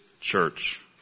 church